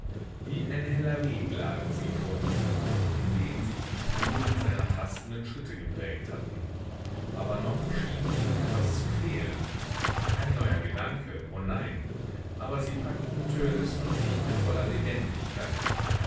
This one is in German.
wie ein heller weg lagen sie vor ihm in den sich die spuren seiner tastenden schritte geprägt hatten aber noch schien ihnen etwas zu fehlen kein neuer gedanke o nein aber sie packten törleß noch nicht mit voller lebendigkeit